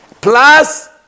Plus